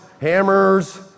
hammers